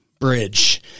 Bridge